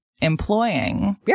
employing